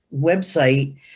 website